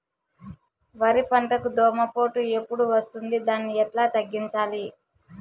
వరి పంటకు దోమపోటు ఎప్పుడు వస్తుంది దాన్ని ఎట్లా తగ్గించాలి?